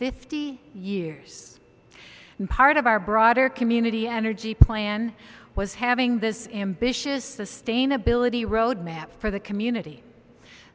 fifty years and part of our broader community energy plan was having this ambitious sustainability road map for the community